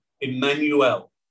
Emmanuel